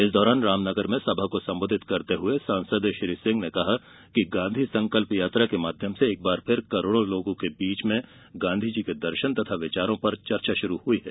इस दौरान रामनगर में सभा को संबोधित करते हुए सांसद श्री सिंह ने कहा कि गांधी संकल्प यात्रा के माध्यम से फिर एक बार करोड़ों लोगों के बीच में गांधी जी के दर्शन तथा विचारों पर चर्चा शुरू हुई है